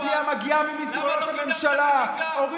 למה לא קידמת שנה וחצי ביחד עם ווליד